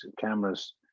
cameras